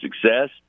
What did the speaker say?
success